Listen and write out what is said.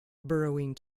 burrowing